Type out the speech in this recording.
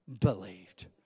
believed